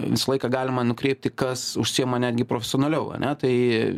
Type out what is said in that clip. visą laiką galima nukreipti kas užsiima netgi profesionaliau ane tai